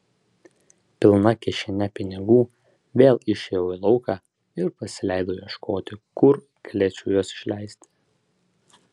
pilna kišene pinigų vėl išėjau į lauką ir pasileidau ieškoti kur galėčiau juos išleisti